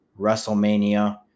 wrestlemania